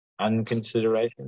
Unconsideration